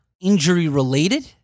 injury-related